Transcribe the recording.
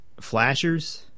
Flashers